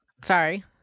Sorry